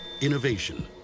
Innovation